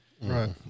Right